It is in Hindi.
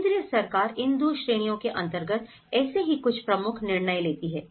केंद्रीय सरकार इन दो श्रेणियों के अंतर्गत ऐसे ही कुछ प्रमुख निर्णय लेती हैं